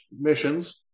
missions